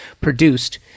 produced